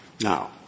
Now